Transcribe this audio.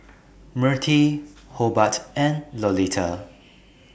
Mirtie Hobart and Lolita